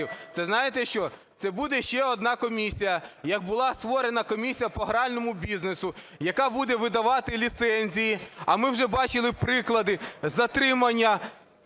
Це знаєте що? Це буде ще одна комісія, як була створена комісія по гральному бізнесу, яка буде видавати ліцензії. А ми вже бачили приклади затримання